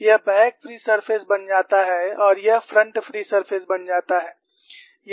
यह back free surface बन जाता है और यह फ्रंट फ्री सर्फेस बन जाता है